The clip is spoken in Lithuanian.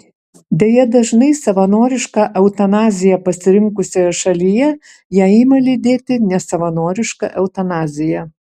deja dažnai savanorišką eutanaziją pasirinkusioje šalyje ją ima lydėti nesavanoriška eutanazija